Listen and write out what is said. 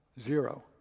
Zero